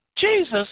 Jesus